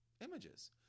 images